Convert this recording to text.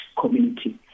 community